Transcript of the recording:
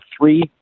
three